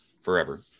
forever